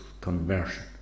conversion